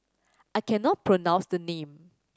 I cannot pronounce the name